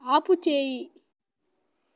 ఆపు చేయి